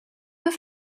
have